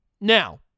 Now